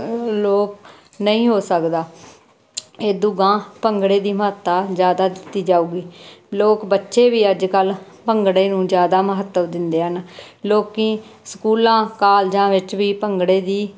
ਲੋਕ ਨਹੀਂ ਹੋ ਸਕਦਾ ਇਦੂ ਗਾਂਹ ਭੰਗੜੇ ਦੀ ਮਹੱਤਤਾ ਜ਼ਿਆਦਾ ਦਿੱਤੀ ਜਾਊਗੀ ਲੋਕ ਬੱਚੇ ਵੀ ਅੱਜ ਕੱਲ੍ਹ ਭੰਗੜੇ ਨੂੰ ਜ਼ਿਆਦਾ ਮਹੱਤਵ ਦਿੰਦੇ ਹਨ ਲੋਕੀ ਸਕੂਲਾਂ ਕਾਲਜਾਂ ਵਿੱਚ ਵੀ ਭੰਗੜੇ ਦੀ